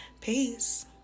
Peace